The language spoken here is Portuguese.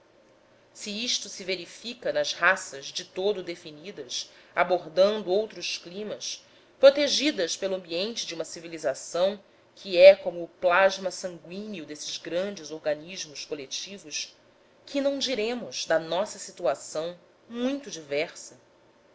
se isto se verifica nas raças de todo definidas abordando outros climas protegidas pelo ambiente de uma civilização que é como o plasma sanguíneo desses grandes organismos coletivos que não diremos da nossa situação muito diversa